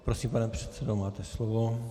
Prosím, pane předsedo, máte slovo.